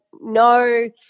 no